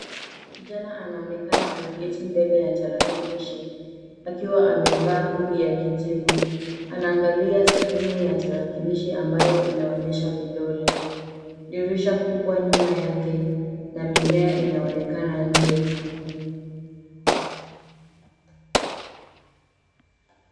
Kijana anaonekana ameketi mbele ya tarakilishi, akiwa amevaa (cs)hood(cs) ya kijivu. Anaangalia skrini ya tarakilishi ambayo inaonyesha vidole. Dirisha kubwa nyuma yake na mimea inaonekana nje.